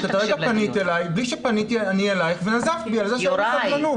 את הרגע פנית אלי בלי שאני פניתי אליך ונזפת בי על כך שאין לי סבלנות.